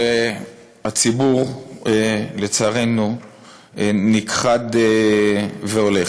הציבור שלצערנו נכחד והולך.